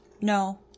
No